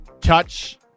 touch